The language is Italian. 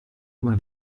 come